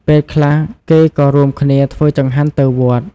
ពេលខ្លះ គេក៏រួមគ្នាធ្វើចង្ហាន់ទៅវត្ត។